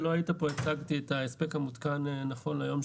כשלא היית פה הצגתי את ההספק המותקן נכון להיום,